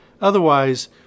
Otherwise